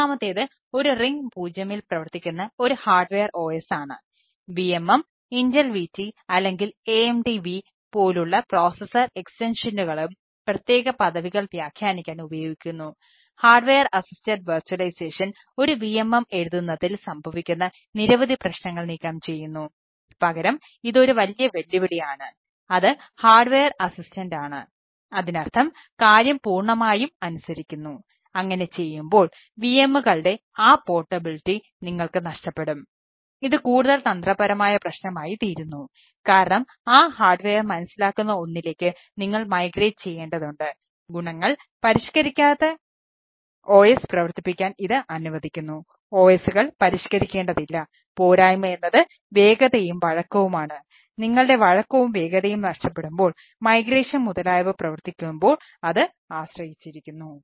മൂന്നാമത്തേത് ഒരു റിംഗ് മുതലായവ പ്രവർത്തിക്കുമ്പോൾ അത് ആശ്രയിച്ചിരിക്കുന്നു